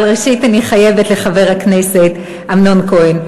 אבל ראשית אני חייבת לחבר הכנסת אמנון כהן.